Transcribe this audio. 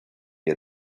you